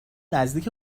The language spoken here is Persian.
نزدیک